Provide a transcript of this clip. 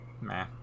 Meh